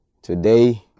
today